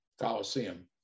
Coliseum